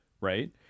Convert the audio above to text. Right